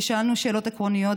ושאלנו שאלות עקרוניות,